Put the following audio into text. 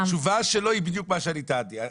התשובה שלו היא בדיוק מה שאני טענתי.